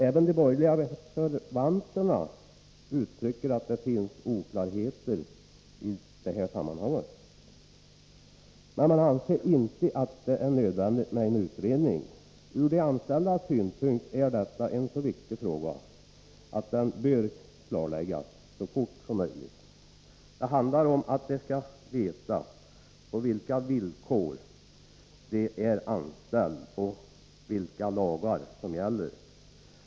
Även de borgerliga reservanterna anför att det finns oklarheter i sammanhanget, men man anser inte att det är nödvändigt med en utredning. Ur de anställdas synpunkt är detta en så viktig fråga att den bör klarläggas så fort som möjligt. Det handlar om att den anställde skall veta på vilka villkor han är anställd och vilka lagar som gäller.